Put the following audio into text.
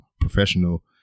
professional